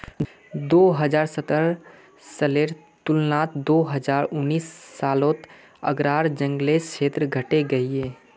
दो हज़ार सतरह सालेर तुलनात दो हज़ार उन्नीस सालोत आग्रार जन्ग्लेर क्षेत्र घटे गहिये